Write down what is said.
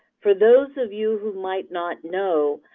for those of you who might not know,